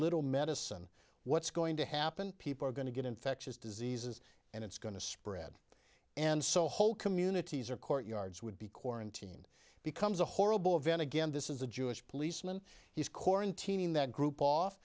little medicine what's going to happen people are going to get infectious diseases and it's going to spread and so whole communities are courtyards would be quarantine becomes a horrible event again this is a jewish policeman he's koren team that group off